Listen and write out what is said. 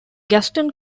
gaston